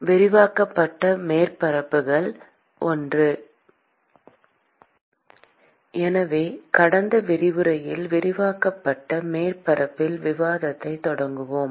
விரிவாக்கப்பட்ட மேற்பரப்புகள் 1 பொது உருவாக்கம் எனவே கடந்த விரிவுரையில் விரிவாக்கப்பட்ட மேற்பரப்பில் விவாதத்தைத் தொடங்கினோம்